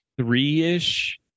three-ish